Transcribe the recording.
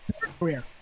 career